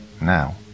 Now